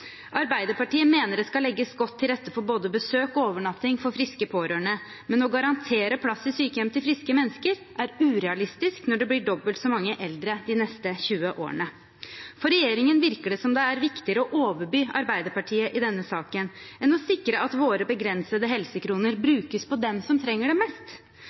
Arbeiderpartiet mener det skal legges godt til rette for både besøk og overnatting for friske pårørende, men å garantere plass i sykehjem til friske mennesker er urealistisk når det blir dobbelt så mange eldre de neste 20 årene. For regjeringen virker det som det er viktigere å overby Arbeiderpartiet i denne saken enn å sikre at våre begrensede helsekroner brukes på dem som trenger det mest.